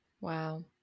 Wow